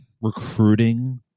recruiting